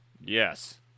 Yes